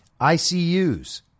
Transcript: ICUs